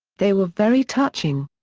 they were very touching.